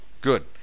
Good